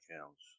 counts